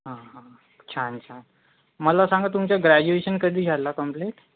हां हां छान छान मला सांगा तुमचं ग्रॅजुएशन कधी झालं कम्प्लिट